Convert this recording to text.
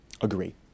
agree